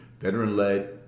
veteran-led